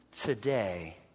Today